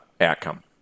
outcome